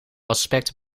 aspect